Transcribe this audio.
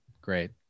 Great